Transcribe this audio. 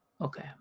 Okay